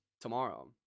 tomorrow